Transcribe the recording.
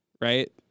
right